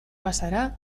bazara